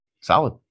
solid